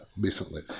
recently